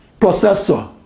processor